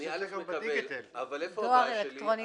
אני מקבל, אבל איפה הבעיה שלי?